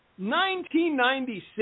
1996